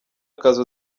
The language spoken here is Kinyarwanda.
akazi